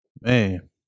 Man